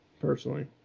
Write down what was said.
personally